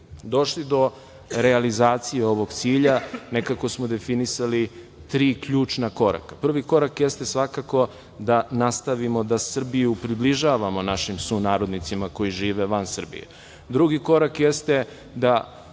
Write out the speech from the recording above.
došli do realizacije ovog cilja, nekako smo definisali tri ključna koraka. Prvi korak jeste svakako, da nastavimo da Srbiju približavamo našim sunarodnicima koji žive van Srbije. Drugi korak jeste da